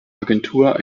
agentur